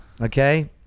Okay